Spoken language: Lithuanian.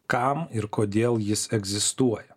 kam ir kodėl jis egzistuoja